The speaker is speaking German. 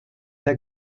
der